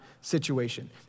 situation